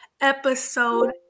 episode